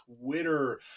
Twitter